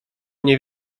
nie